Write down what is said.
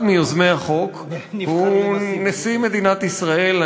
אחד מיוזמי החוק הוא, נבחר לנשיא מדינת ישראל.